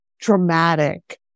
dramatic